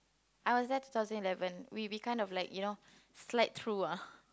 I was there two thousand eleven we were kind of like you know slide through ah